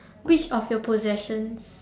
which of your possessions